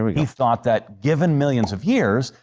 ah he thought that, given millions of years,